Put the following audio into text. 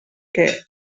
que